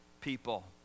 people